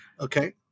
Okay